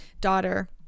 daughter